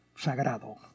sagrado